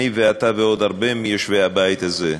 אני ואתה ועוד הרבה מיושבי הבית הזה,